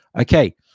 Okay